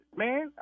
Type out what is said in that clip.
man